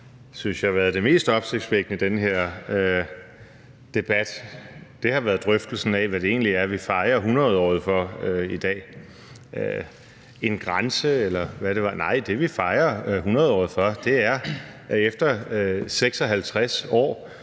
det mest opsigtsvækkende i den her debat, har været drøftelsen af, hvad det egentlig er, vi fejrer hundredåret for i dag – en grænse, eller hvad det var. Nej, det, vi fejrer hundredåret for, er, at efter 56 år